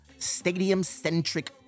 stadium-centric